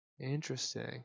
Interesting